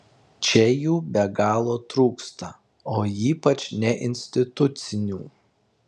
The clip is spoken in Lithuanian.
čia jų be galo trūksta o ypač neinstitucinių